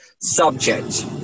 subject